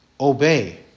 obey